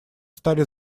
стали